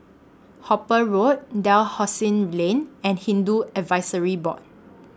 Hooper Road Dalhousie Lane and Hindu Advisory Board